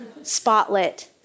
spotlit